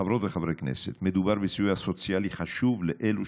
חברות וחברי הכנסת, מדובר בסיוע סוציאלי חשוב לאלו